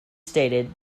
stated